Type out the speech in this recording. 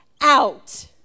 out